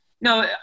no